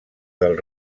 del